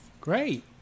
Great